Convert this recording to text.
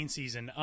season